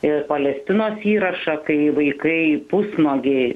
ir palestinos įrašą kai vaikai pusnuogiai